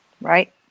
Right